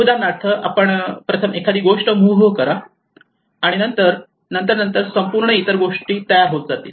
उदाहरणार्थ आपण प्रथम एखादी गोष्ट मूव्ह करा आणि नंतर नंतर संपूर्ण इतर गोष्टी तयार होत जातील